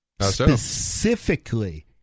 Specifically